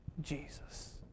Jesus